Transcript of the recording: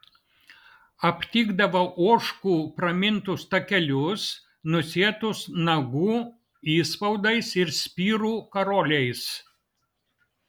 aptikdavau ožkų pramintus takelius nusėtus nagų įspaudais ir spirų karoliais